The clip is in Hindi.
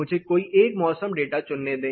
मुझे कोई एक मौसम डेटा चुनने दें